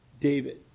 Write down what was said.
David